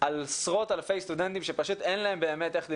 עשרות אלפי סטודנטים שפשוט אין להם באמת איך ללמוד.